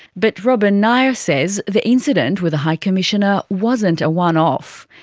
but robin nair says the incident with the high commissioner wasn't a one-off.